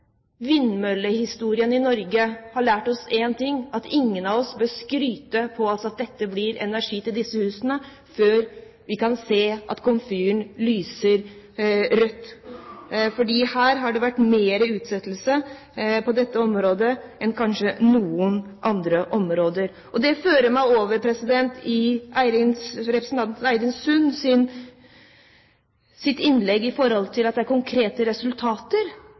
vindmøllehistorien i Norge har lært oss én ting: Ingen av oss bør skryte av at det blir energi til disse husene før vi kan se at komfyren lyser rødt, for her har det vært mer utsettelse enn kanskje på noe annet område. Dette fører meg over til representanten Eirin Sunds innlegg, at det er konkrete resultater